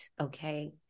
okay